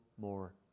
more